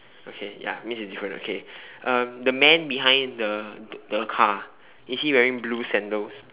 okay ya means it's different okay um the man behind the the car is he wearing blue sandals